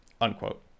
Unquote